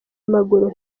amaguru